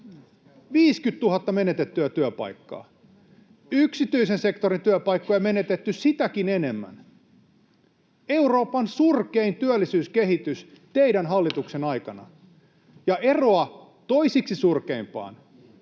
50 000 menetettyä työpaikkaa, yksityisen sektorin työpaikkoja menetetty sitäkin enemmän. Euroopan surkein työllisyyskehitys teidän hallituksenne aikana,